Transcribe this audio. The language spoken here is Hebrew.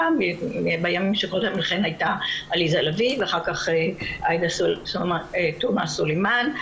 בימים שהייתה עליזה לביא ואחר כך עאידה תומא סלימאן.